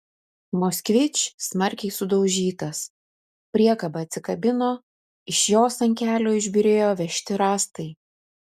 moskvič smarkiai sudaužytas priekaba atsikabino iš jos ant kelio išbyrėjo vežti rąstai